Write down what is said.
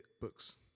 books